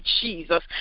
Jesus